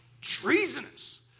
treasonous